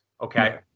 okay